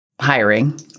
hiring